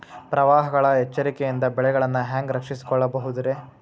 ಪ್ರವಾಹಗಳ ಎಚ್ಚರಿಕೆಯಿಂದ ಬೆಳೆಗಳನ್ನ ಹ್ಯಾಂಗ ರಕ್ಷಿಸಿಕೊಳ್ಳಬಹುದುರೇ?